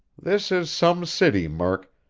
this is some city, murk,